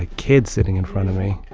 ah kid sitting in front of me.